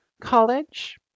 college